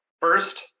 First